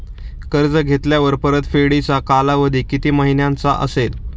कर्ज घेतल्यावर परतफेडीचा कालावधी किती महिन्यांचा असेल?